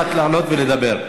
יכולת לעלות ולדבר.